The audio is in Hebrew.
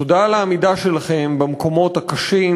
תודה על העמידה שלכם במקומות הקשים,